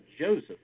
Joseph